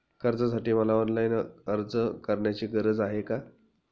कर्जासाठी मला ऑनलाईन अर्ज करण्याची गरज आहे का?